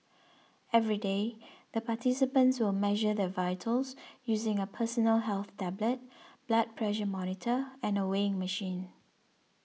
every day the participants will measure their vitals using a personal health tablet blood pressure monitor and a weighing machine